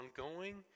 ongoing